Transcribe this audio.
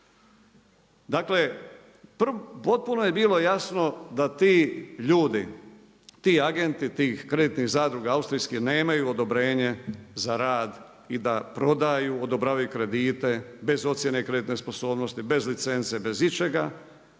Dakle potpuno je bilo jasno da ti ljudi, ti agenti tih kreditnih zadruga austrijskih nemaju odobrenje za rad i da prodaju, odobravaju kredite bez ocjene kreditne sposobnosti, bez licence, bez ičega,